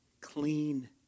clean